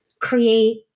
create